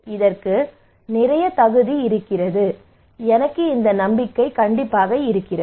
இதற்கு நிறைய தகுதி இருக்கிறது எனக்கு இந்த நம்பிக்கை இருக்கிறது